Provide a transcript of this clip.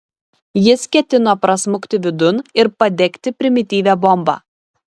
jis ketino prasmukti vidun ir padegti primityvią bombą